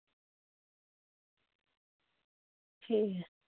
ठीक ऐ